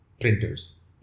printers